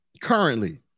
currently